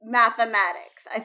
mathematics